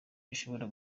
ishobora